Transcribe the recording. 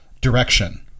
direction